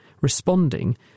responding